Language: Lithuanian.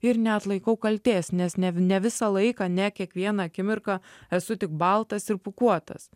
ir neatlaikau kaltės nes ne ne visą laiką ne kiekvieną akimirką esu tik baltas ir pūkuotas